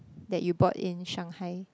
that you bought in Shanghai